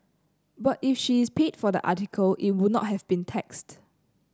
but if she is paid for the article it would not have been taxed